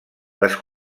les